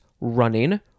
running